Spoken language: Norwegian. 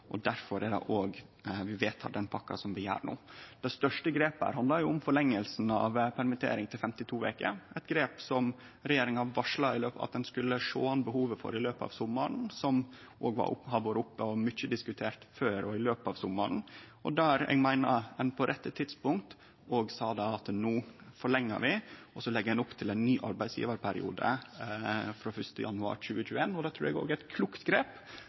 er difor vi vedtek den pakka som vi gjer no. Det største grepet handlar om forlenginga av permittering til 52 veker, eit grep som regjeringa varsla at ein skulle sjå an behovet for i løpet av sommaren, som òg har vore oppe og mykje diskutert før og i løpet av sommaren, og der eg meiner at ein på rette tidspunkt sa at no forlengjer vi, og så legg ein opp til ein ny arbeidsgjevarperiode frå 1. januar 2021. Det trur eg er eit klokt grep,